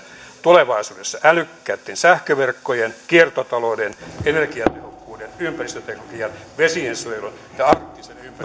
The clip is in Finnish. tulevaisuudessa älykkäitten sähköverkkojen kiertotalouden energiatehokkuuden ympäristöteknologian vesiensuojelun ja